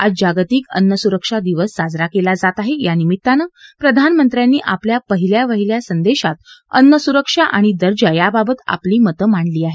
आज जागतिक अन्नसुरक्षा दिवस साजरा केला जात आहे यानिमित्तानं प्रधानमंत्र्यांनी आपल्या पहिल्यावाहिल्या संदेशात अन्नसुरक्षा आणि दर्जा याबाबत आपली मतं मांडली आहेत